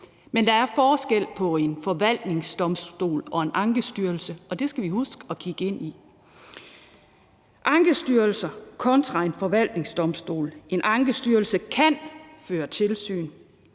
Men der er forskel på en forvaltningsdomstol og en ankestyrelse, og det skal vi huske at kigge ind i. En ankestyrelse kontra en forvaltningsdomstol: En ankestyrelse kan føre tilsyn,